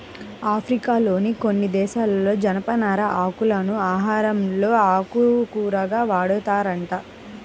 ఆఫ్రికాలోని కొన్ని దేశాలలో జనపనార ఆకులను ఆహారంలో ఆకుకూరగా వాడతారంట